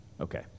Okay